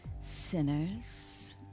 sinners